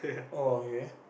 oh okay